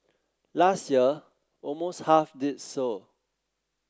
last year almost half did so